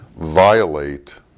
violate